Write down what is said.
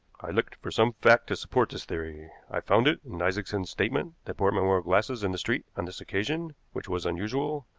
i looked for some fact to support this theory. i found it in isaacson's statement that portman wore glasses in the street on this occasion, which was unusual,